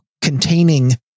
containing